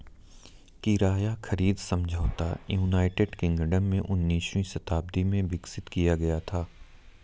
किराया खरीद समझौता यूनाइटेड किंगडम में उन्नीसवीं शताब्दी में विकसित किया गया था